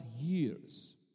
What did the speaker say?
years